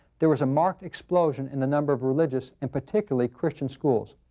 there was a marked explosion in the number of religious and particularly christian schools.